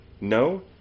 No